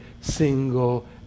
single